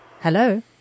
Hello